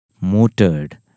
motored